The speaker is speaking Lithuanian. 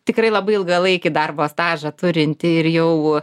tikrai labai ilgalaikį darbo stažą turinti ir jau